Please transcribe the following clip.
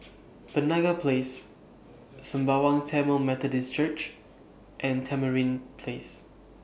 Penaga Place Sembawang Tamil Methodist Church and Tamarind Place